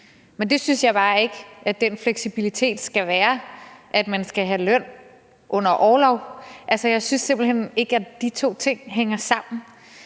men jeg synes bare ikke, at den fleksibilitet skal være, at man skal have løn under orlov. Altså, jeg synes simpelt hen ikke, at de to ting hænger sammen.